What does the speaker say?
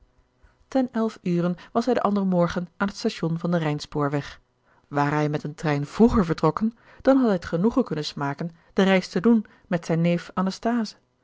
ten elf uren was hij den anderen morgen aan het station van den rijnspoorweg ware hij met een trein vroeger vertrokken dan had hij het genoegen kunnen smaken de reis te doen met zijn neef